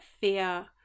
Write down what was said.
fear